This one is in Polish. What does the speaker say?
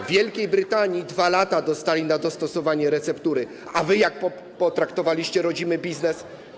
W Wielkiej Brytanii 2 lata dostali na dostosowanie receptury, a wy jak potraktowaliście rodzimy biznes?